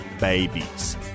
babies